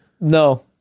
No